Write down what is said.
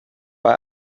bei